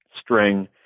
string